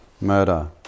murder